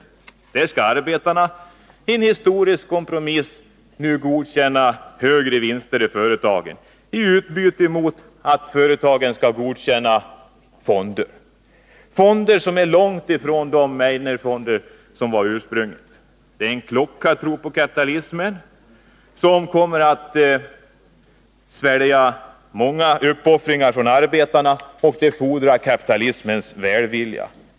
Enligt denna skall arbetarna, i en historisk kompromiss, nu godkänna större vinster i företagen i utbyte mot att företagen godkänner fonder som står långt ifrån de ursprungliga Meidnerfonderna. Denna klockartro på kapitalismen kommer att svälja många uppoffringar från arbetarnas sida. Här fordras kapitalismens välvilja.